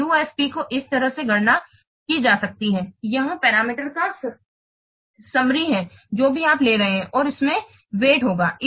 तो UFP को इस तरह से गणना की जा सकती है इस पैरामीटर का सारांश जो भी आप ले रहे हैं और इसमें वजन होगा